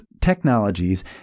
Technologies